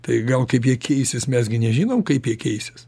tai gal kaip jie keisis mes gi nežinom kaip jie keisis